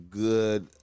good